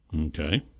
Okay